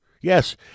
Yes